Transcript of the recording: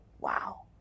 Wow